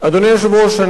אדוני היושב-ראש,